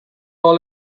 all